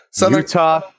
Utah